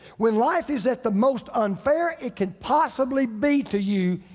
when life is that the most unfair it can possibly be to you,